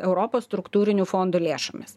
europos struktūrinių fondų lėšomis